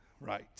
Right